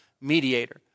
mediator